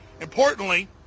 Importantly